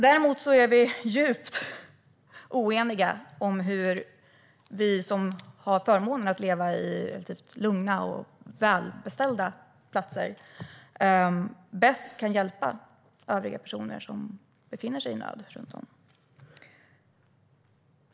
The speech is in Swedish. Däremot är vi djupt oeniga om hur vi som har förmånen att leva på relativt lugna och välbeställda platser bäst kan hjälpa dem som befinner sig i nöd.